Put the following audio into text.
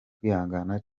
kwihangana